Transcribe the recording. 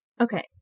Okay